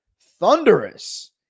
thunderous